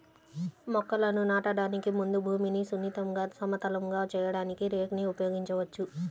మొక్కలను నాటడానికి ముందు భూమిని సున్నితంగా, సమతలంగా చేయడానికి రేక్ ని ఉపయోగించవచ్చు